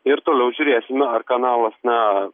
ir toliau žiūrėsime ar kanalas na